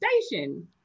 station